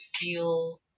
feel